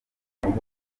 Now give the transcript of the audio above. ariko